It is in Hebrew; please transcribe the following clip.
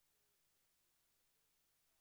בכסלו תשע"ט,